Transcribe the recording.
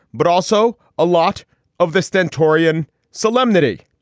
but also a lot of the stentorian solemnity.